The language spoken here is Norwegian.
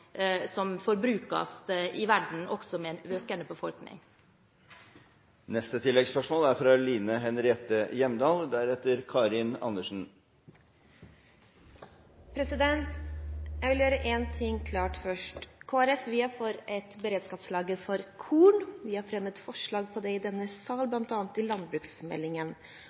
som forbrukes i verden, også med en økende befolkning. Line Henriette Hjemdal – til oppfølgingsspørsmål. Jeg vil gjøre én ting klar først: Vi i Kristelig Folkeparti er for et beredskapslager for korn. Vi har fremmet forslag om det i denne sal, bl.a. i forbindelse med landbruksmeldingen.